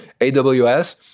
AWS